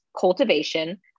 cultivation